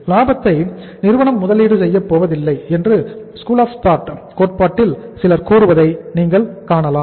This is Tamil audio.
லாபத்தை நிறுவனம் முதலீடு செய்யப் போவதில்லை என்று ஸ்கூல் ஆஃப் தாட் கோட்பாட்டில் சிலர் கூறுவதை நீங்கள் காணலாம்